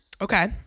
Okay